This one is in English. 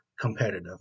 competitive